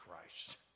Christ